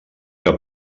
que